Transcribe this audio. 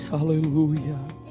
Hallelujah